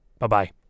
Bye-bye